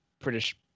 British